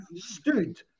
stood